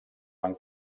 van